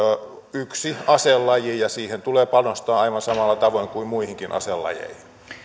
yksi aselaji ja siihen tulee panostaa aivan samalla tavoin kuin muihinkin aselajeihin